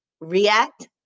react